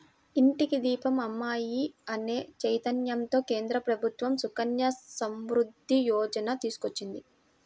ఇంటికి దీపం అమ్మాయి అనే చైతన్యంతో కేంద్ర ప్రభుత్వం సుకన్య సమృద్ధి యోజన తీసుకొచ్చింది